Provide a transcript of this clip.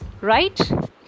Right